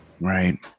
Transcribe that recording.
Right